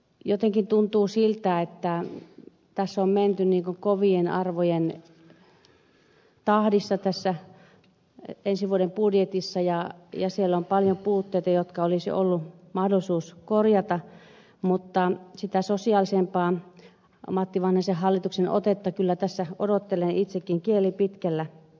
jotenkin tuntuu siltä että on menty kovien arvojen tahdissa tässä ensi vuoden budjetissa ja siellä on paljon puutteita jotka olisi ollut mahdollisuus korjata mutta sitä sosiaalisempaa matti vanhasen hallituksen otetta kyllä tässä odottelen itsekin kieli pitkällä